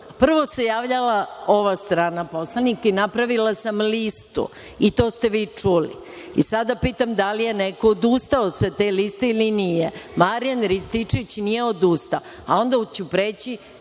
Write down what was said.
Prvo se javljala ova strana poslanika i napravila sam listu i to ste čuli. Sada pitam da li je neko odustao sa te liste ili nije? Marijan Rističević nije odustao, a onda ću preći